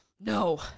no